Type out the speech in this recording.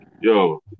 yo